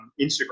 Instagram